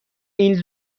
این